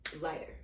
lighter